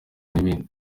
n’ibindi